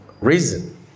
Reason